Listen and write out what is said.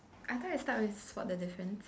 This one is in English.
I thought you start with spot the difference